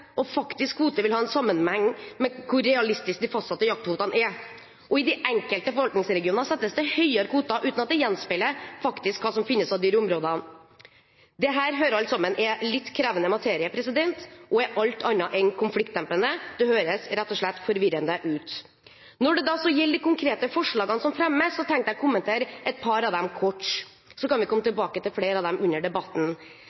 og faktisk kvote vil ha en sammenheng med hvor realistiske de fastsatte jaktkvotene er. I de enkelte forvaltningsregioner settes det høye kvoter uten at det gjenspeiler hva som faktisk finnes av dyr i områdene. Dette hører alle er en litt krevende materie og alt annet enn konfliktdempende. Det høres rett og slett forvirrende ut. Når det gjelder de konkrete forslagene som fremmes, vil jeg kommentere et par av dem kort. Vi kan så komme